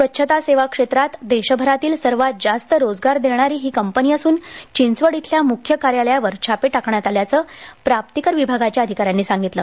स्वच्छता सेवा क्षेत्रांत देशभरातील सर्वात जास्त रोजगार देणारी ही कंपनी असून चिंचवड इथल्या मुख्य कार्यालयावर छापे टाकण्यात आल्याचं प्राप्तीकर विभागाच्या अधिकऱ्यांनी सांगितलं